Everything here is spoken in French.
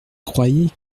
croyais